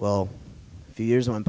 well the years went